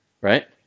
right